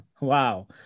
Wow